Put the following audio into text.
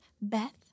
Beth